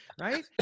Right